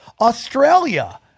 australia